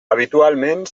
habitualment